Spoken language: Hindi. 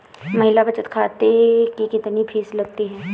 महिला बचत खाते की कितनी फीस लगती है?